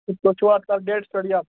تہٕ تُہۍ چھِوا اَتھ ڈیٹَس پیٚٹھ یَلہٕ